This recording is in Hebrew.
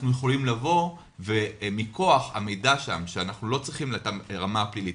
יכולים לבוא ומכוח המידע שם שאנחנו לא צריכים את הרמה הפלילית,